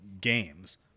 games